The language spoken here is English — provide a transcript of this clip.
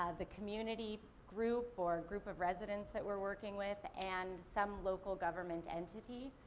ah the community group or group of residents that we're working with and some local government entity.